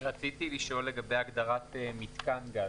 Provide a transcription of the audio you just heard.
רציתי לשאול לגבי הגדרת "מיתקן גז".